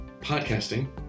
podcasting